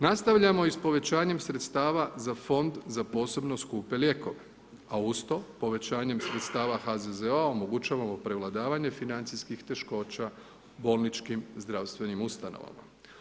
Nastavljamo i sa povećanjem sredstava za Fond za posebno skupe lijekove a uz to povećanjem sredstava HZZO-a omogućavamo prevladavanje financijskih teškoća bolničkim zdravstvenim ustanovama.